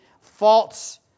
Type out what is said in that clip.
false